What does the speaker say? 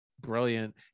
brilliant